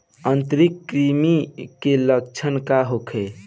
आंतरिक कृमि के लक्षण का होला?